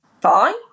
Fine